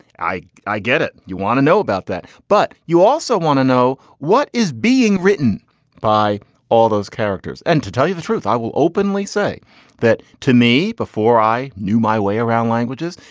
i i get it. you want to know about that, but you also want to know what is being written by all those characters. and to tell you the truth, i will openly say that to me before i knew my way around languages.